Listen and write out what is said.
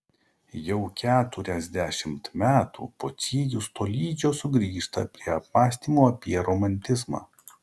jau keturiasdešimt metų pociejus tolydžio sugrįžta prie apmąstymų apie romantizmą